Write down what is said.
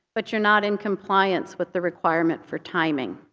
but you're not in compliance with the requirement for timing.